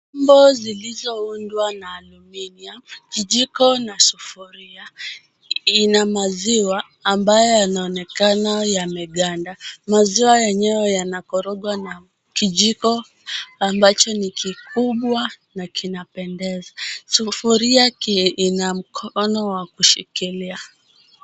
Viombo zilizoundwa na aluminium , vijiko na sufuria ina maziwa ambayo yanaonekana yameganda. Maziwa yenyewe yanakorogwa na kijiko ambacho ni kikubwa na kina pendeza. Sufuria ina mkono wa kushikilia.